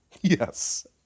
Yes